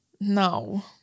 No